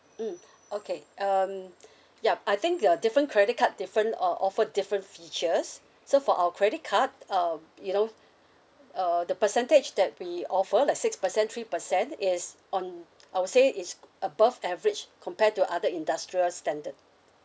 mm okay um yup I think uh different credit card different o~ offer different features so for our credit card um you know uh the percentage that we offer like six percent three percent is on I would say is above average compare to other industrial standard